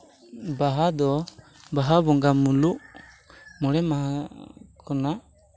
ᱵᱟᱦᱟ ᱫᱚ ᱵᱟᱦᱟ ᱵᱚᱸᱜᱟ ᱢᱩᱞᱩᱜ ᱢᱚᱬᱮ ᱢᱟᱦᱟ ᱠᱷᱚᱱᱟᱜ